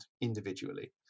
individually